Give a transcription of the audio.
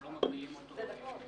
אנחנו לא מגבילים אותו בזמן,